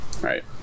Right